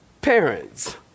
Parents